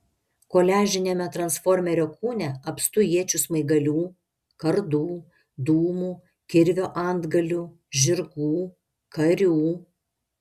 koliažiniame transformerio kūne apstu iečių smaigalių kardų dūmų kirvio antgalių žirgų karių